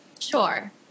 Sure